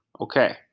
okay